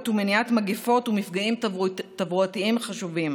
ומניעת מגפות ומפגעים תברואתיים חשובות.